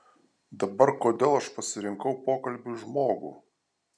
dabar kodėl aš pasirinkau pokalbiui žmogų